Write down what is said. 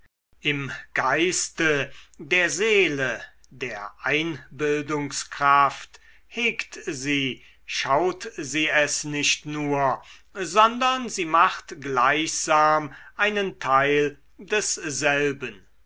im geiste der seele der einbildungskraft hegt sie schaut sie es nicht nur sondern sie macht gleichsam einen teil desselben